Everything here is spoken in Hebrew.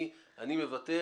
אני פותח